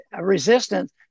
resistance